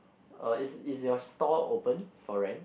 uh is is your store open for rent